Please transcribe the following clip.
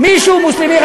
מי שהוא מוסלמי,